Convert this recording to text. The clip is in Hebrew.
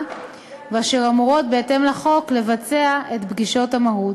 ואשר אמורות בהתאם לחוק לבצע את פגישות המהו"ת.